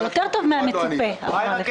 יותר טוב מהמצופה, הוא ענה לך.